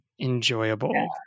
enjoyable